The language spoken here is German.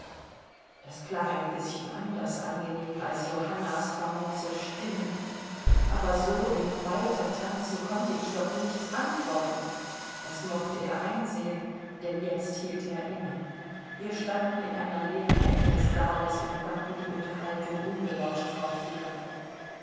das klang ein bischen anders angenehm als johannas famose stimmen aber so im weitertanzen konnte ich doch nichts antworten das mochte er einsehen denn jetzt hielt er inne wir standen in einer leeren ecke des saales und konnten die unterhaltung unbelauscht fortführen